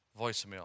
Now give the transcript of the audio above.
voicemail